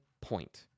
point